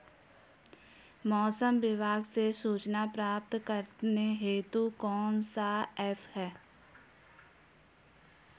मौसम विभाग से सूचना प्राप्त करने हेतु कौन सा ऐप है?